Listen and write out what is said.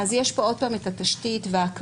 יש פה עוד פעם את התשתית וההקמה,